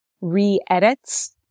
re-edits